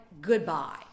goodbye